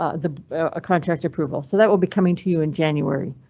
ah the contract approval, so that will be coming to you in january.